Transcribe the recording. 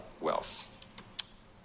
wealth